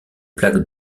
plaque